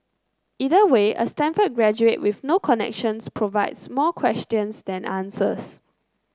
either way a Stanford graduate with no connections provides more questions than answers